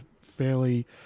fairly